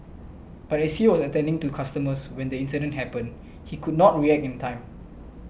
but as he was attending to customers when the incident happened he could not react in time